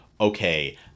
okay